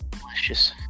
delicious